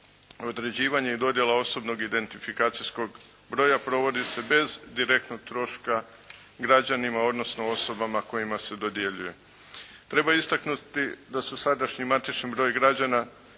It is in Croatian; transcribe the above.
Određivanje i dodjela osobnog identifikacijskog broja provodi se bez direktnog troška građanima, odnosno osobama kojima se dodjeljuje. Treba istaknuti da sadašnji matični broj građana